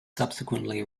subsequently